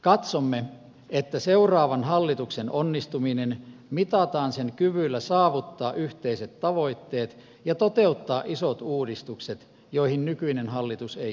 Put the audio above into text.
katsomme että seuraavan hallituksen onnistuminen mitataan sen kyvyllä saavuttaa yhteiset tavoitteet ja toteuttaa isot uudistukset joihin nykyinen hallitus ei kyennyt